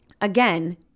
again